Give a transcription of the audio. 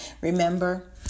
Remember